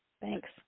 Thanks